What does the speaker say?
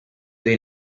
dei